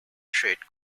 trait